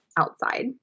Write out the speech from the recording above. outside